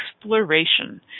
exploration